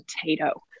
potato